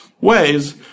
ways